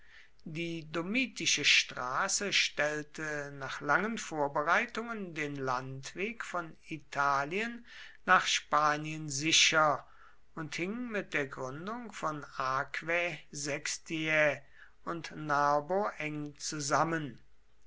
die domitische straße stellte nach langen vorbereitungen den landweg von italien nach spanien sicher und hing mit der gründung von aquae sextiae und narbo eng zusammen